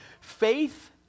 faith